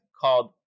called